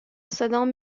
صدام